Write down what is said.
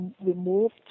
removed